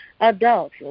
adults